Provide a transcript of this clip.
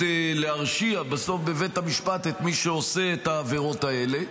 להרשיע בסוף בבית המשפט את מי שעושה את העבירות האלה.